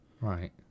Right